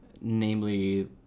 namely